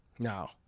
Now